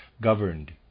governed